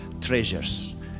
treasures